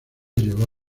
llegó